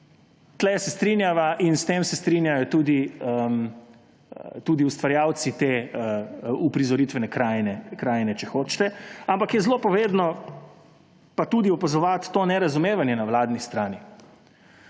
Tukaj se strinjava in s tem se strinjajo tudi ustvarjalci te uprizoritvene krajine, če hočete. Ampak je zelo povedno pa tudi opazovati to nerazumevanje na vladni strani.